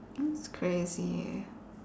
that's crazy eh